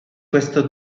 questo